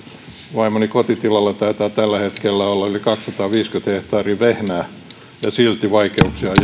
vaimoni kotitilalla taitaa tällä hetkellä olla yli kaksisataaviisikymmentä hehtaaria vehnää ja silti vaikeuksia on